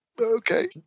Okay